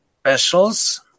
specials